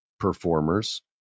Performers